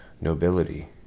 nobility